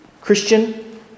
Christian